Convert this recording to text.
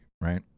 right